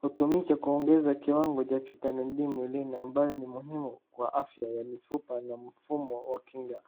Hutumika kuongeza kiwango cha vitamin D mwilini ambaye ni muhimu kwa afya ya mifupa na mfumo wa kinga.